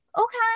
okay